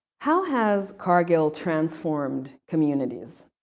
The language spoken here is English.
how has cargill transformed communities?